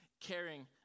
caring